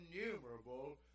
innumerable